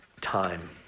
time